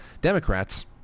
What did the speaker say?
Democrats